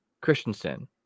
Christensen